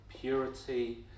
purity